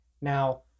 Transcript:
Now